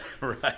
Right